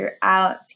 throughout